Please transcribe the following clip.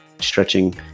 stretching